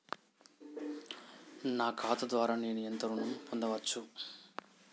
నా ఖాతా ద్వారా నేను ఎంత ఋణం పొందచ్చు?